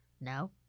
no